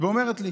ואומרת לי: